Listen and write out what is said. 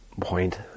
point